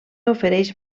ofereix